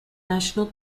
national